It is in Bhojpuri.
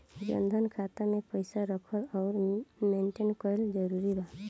जनधन खाता मे पईसा रखल आउर मेंटेन करल जरूरी बा?